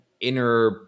inner